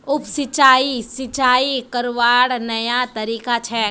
उप सिंचाई, सिंचाई करवार नया तरीका छेक